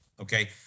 okay